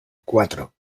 cuatro